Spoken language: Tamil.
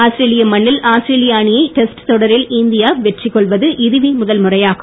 ஆஸ்திரேலிய மண்ணில் ஆஸ்திரேலிய அணியை டெஸ்ட் தொடரில் இந்தியா வெற்றி கொள்வது இதுவே முதல் முறையாகும்